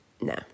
No